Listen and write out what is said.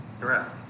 Correct